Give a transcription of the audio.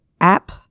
app